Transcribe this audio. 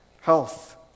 health